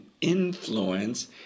influence